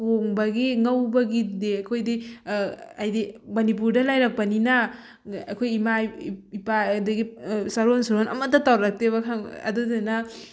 ꯊꯣꯡꯕꯒꯤ ꯉꯧꯕꯒꯤꯗꯤ ꯑꯩꯈꯣꯏꯗꯤ ꯑꯩꯗꯤ ꯃꯅꯤꯄꯨꯔꯗ ꯂꯩꯔꯛꯄꯅꯤꯅ ꯑꯩꯈꯣꯏ ꯏꯃꯥ ꯏꯄꯥ ꯑꯗꯒꯤ ꯆꯥꯔꯣꯟ ꯁꯨꯔꯣꯟ ꯑꯃꯠꯇ ꯇꯧꯔꯛꯇꯦꯕ ꯈꯪ ꯑꯗꯨꯗꯨꯅ